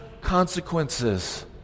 consequences